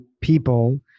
people